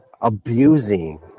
abusing